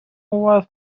was